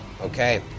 okay